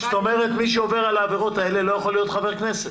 כלומר מי שעובר את העבירות האלה לא יכול להיות חבר כנסת.